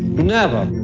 never.